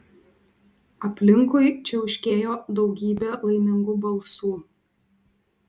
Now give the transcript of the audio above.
aplinkui čiauškėjo daugybė laimingų balsų